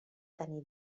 tenir